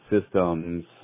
systems